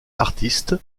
artiste